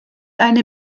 eine